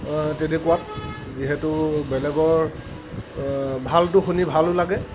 তেনেকুৱা যিহেতু বেলেগৰ ভালটো শুনি ভালো লাগে